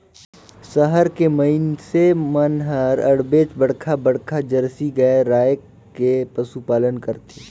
सहर के मइनसे मन हर अबड़ेच बड़खा बड़खा जरसी गाय रायख के पसुपालन करथे